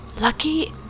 Lucky